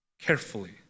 carefully